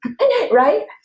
Right